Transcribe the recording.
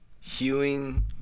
hewing